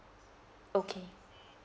okay